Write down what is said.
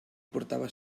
portava